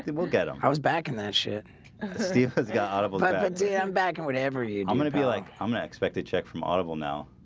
people get them. i was back in that shit because got audible that but day. i'm back in whatever you i'm gonna be like i'm gonna expect a check from audible now